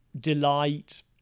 delight